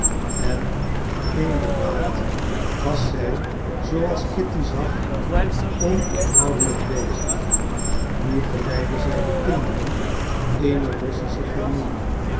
en inderdaad was zij zooals kitty zag onophoudelijk bezig nu geleidde zij de kinderen eener russische familie